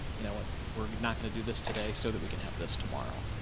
you know what? we're not going to do this today so that we can have this tomorrow.